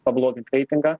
pablogint reitingą